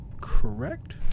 correct